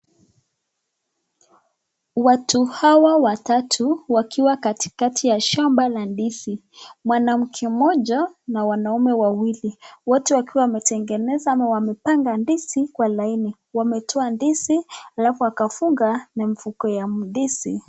Watu hawa watatu wakiwa katikati ya shamba la ndizi. Mwanamke mmoja na wanaume wawili, wote wakiwa wametengeneza ama wamepanga ndizi kwa laini. Wametoa ndizi alafu wakafunga na mifuko ya ndizi.